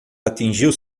atingiu